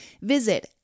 Visit